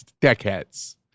deckheads